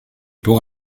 pour